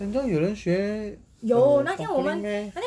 saint john 有人学 uh snorkeling meh